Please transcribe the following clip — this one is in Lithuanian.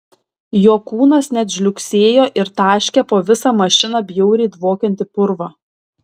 jo kūnas net žliugsėjo ir taškė po visą mašiną bjauriai dvokiantį purvą